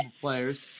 players